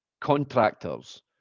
contractors